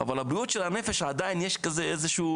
אבל הבריאות של הנפש עדיין יש איזה שהוא